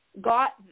got